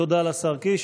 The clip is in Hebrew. תודה לשר קיש.